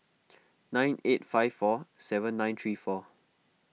nine eight five four seven nine three four